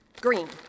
Green